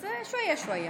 אז שוואיה-שוואיה.